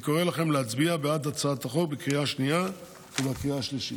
אני קורא לכם להצביע בעד הצעת החוק בקריאה השנייה ובקריאה השלישית.